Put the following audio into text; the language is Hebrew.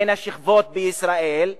בין השכבות בישראל,